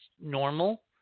normal